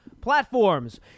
platforms